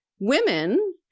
Women